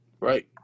Right